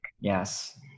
Yes